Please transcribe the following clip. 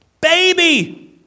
baby